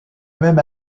même